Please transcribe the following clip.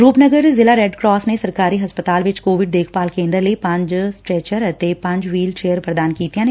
ਰੂਪਨਗਰ ਜ਼ਿਲ੍ਹਾ red cross ਨੇ ਸਰਕਾਰੀ ਹਸਪਤਾਲ ਵਿਚ ਕੋਵਿਡ ਦੇਖਭਾਲ ਕੇਦਰ ਲਈ ਪੰਜ ਸਟਰੈਚਰ ਅਤੇ ਪੰਜ ਵਹੀਲ ਚੇਅਰ ਪ੍ਦਾਨ ਕੀਤੀਆਂ ਨੇ